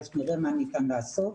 נראה מה ניתן לעשות,